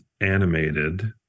animated